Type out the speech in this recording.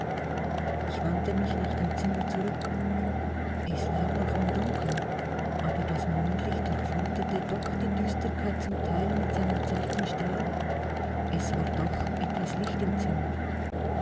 ich wandte mich nach dem zimmer zurück es lag noch im dunkeln aber das mondlicht durchflutete doch die düsterkeit zum teil mit seinem zarten strahle es war doch etwas licht im zimmer